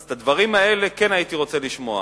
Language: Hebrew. אז את הדברים האלה כן הייתי רוצה לשמוע,